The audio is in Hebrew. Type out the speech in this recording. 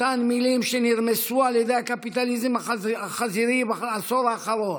אותן מילים שנרמסו על ידי הקפיטליזם החזירי בעשור האחרון.